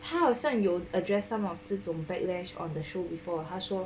他好像有 address some of 这种 backlash on the show before 他说